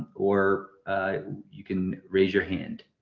or you can raise your hand.